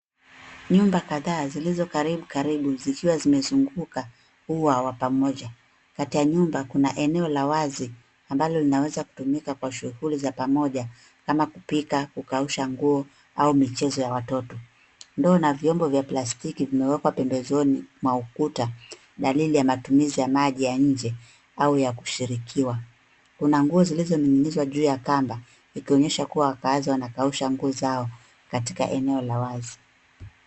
Nyumba kadhaa zilizo karibu karibu zikiwa zimezunguka ua wa pamoja. Kati ya nyumba, kuna eneo la wazi ambalo linaweza kutumika kwa shughuli za pamoja, kama kupika, kukausha nguo, au michezo ya watoto. Ndoo na vyombo vya plastiki, vimewekwa pembezoni mwa ukuta, dalili ya matumizi ya maji ya nje, au ya kushirikiwa. Kuna nguo zilizoning'inizwa juu ya kamba, ikionyesha kuwa wakaazi wanakausha nguo zao, katika eneo la wazi.